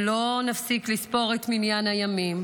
ולא נפסיק לספור את מניין הימים